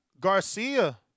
Garcia